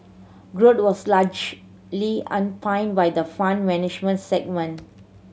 growth was largely on by the Fund Management segment